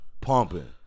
pumping